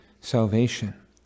salvation